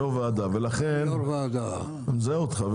אני מזהה אותך.